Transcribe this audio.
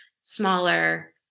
smaller